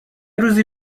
روزی